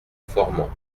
formans